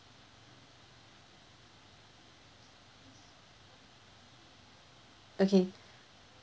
okay